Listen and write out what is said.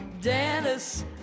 Dennis